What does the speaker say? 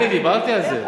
שלי, אני דיברתי על זה.